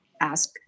ask